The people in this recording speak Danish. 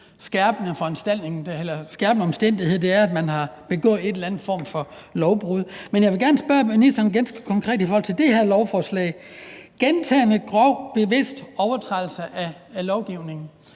skærpende omstændighed, det er, at man har begået en eller anden form for lovbrud. Men jeg vil gerne stille ministeren et ganske konkret spørgsmål til det her lovforslag i forhold til gentagen, grov, bevidst overtrædelse af lovgivningen